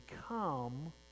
become